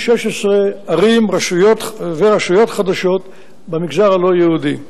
16 ערים ורשויות חדשות במגזר הלא-יהודי.